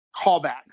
callbacks